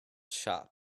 shop